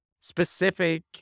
specific